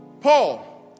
Paul